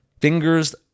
fingers